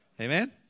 Amen